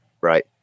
Right